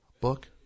Book